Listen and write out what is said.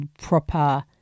proper